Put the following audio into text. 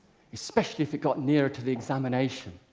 especially if it got near to the examination.